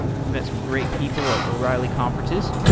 i've met some great people at o'reilly conferences,